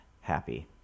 happy